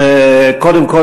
קודם כול,